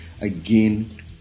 again